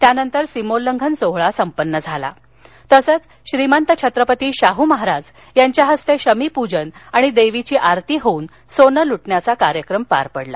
त्यानंतर सीमोल्लंघन सोहळा संपन्न झाला तसंच श्रीमंत छत्रपती शाहू महाराज यांच्या हस्ते शमीपूजन आणि देवीची आरती होऊन सोनं लुटण्याचा कार्यक्रम पार पडला